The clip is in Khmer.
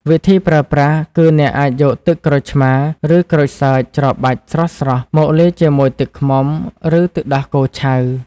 វិធីប្រើប្រាស់គឺ អ្នកអាចយកទឹកក្រូចឆ្មារ ឬក្រូចសើចច្របាច់ស្រស់ៗមកលាយជាមួយទឹកឃ្មុំ ឬទឹកដោះគោឆៅ។